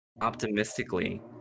optimistically